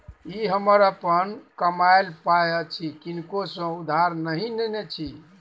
ई हमर अपन कमायल पाय अछि किनको सँ उधार नहि नेने छी